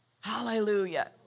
Hallelujah